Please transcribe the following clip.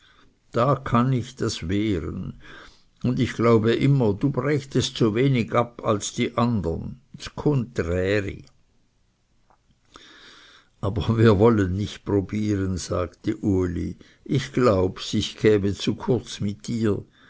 da kann ich das wehren und ich glaube immer du brächtest so wenig ab als die andern ds cunträri aber wir wollen nicht probieren sagte uli ich glaubs ich käme zu kurz mit dir